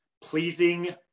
pleasing